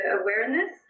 awareness